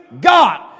God